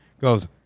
Goes